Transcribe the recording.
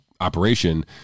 operation